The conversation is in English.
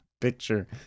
picture